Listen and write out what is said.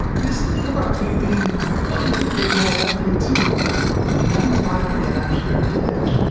this thing about you being a little bit more likely to become alive again after you're dead,